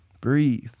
Breathe